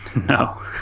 no